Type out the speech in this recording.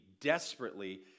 desperately